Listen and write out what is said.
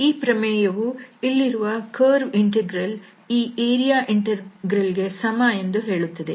ಈ ಪ್ರಮೇಯವು ಇಲ್ಲಿರುವ ಕರ್ವ್ ಇಂಟೆಗ್ರಲ್ ಈ ಏರಿಯಾ ಇಂಟೆಗ್ರಲ್ ಗೆ ಸಮ ಎಂದು ಹೇಳುತ್ತದೆ